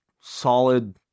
solid